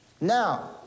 Now